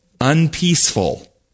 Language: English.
unpeaceful